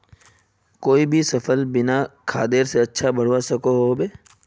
कोई भी सफल बिना खादेर अच्छा से बढ़वार सकोहो होबे?